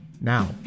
now